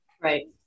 Right